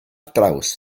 draws